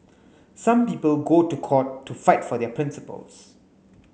some people go to court to fight for their principles